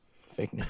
Fake